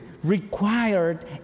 required